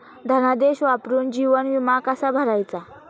धनादेश वापरून जीवन विमा कसा भरायचा?